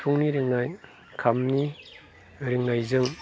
सिफुंनि रिंनाय खामनि रिंनायजों